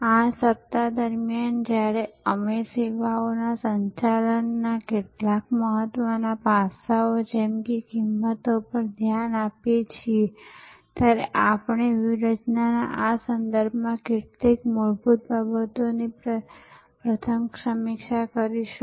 આ સપ્તાહ દરમિયાન જ્યારે અમે સેવાઓના સંચાલનના કેટલાક મહત્વના પાસાઓ જેમ કે કિંમતો પર ધ્યાન આપીએ છીએ ત્યારે આપણે વ્યૂહરચનાના સંદર્ભમાં કેટલીક મૂળભૂત બાબતોની પ્રથમ સમીક્ષા કરીશું